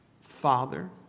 Father